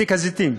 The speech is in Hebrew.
מסיק הזיתים.